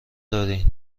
دارین